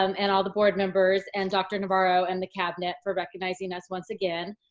um and all the board members and dr. navarro and the cabinet for recognizing us once again.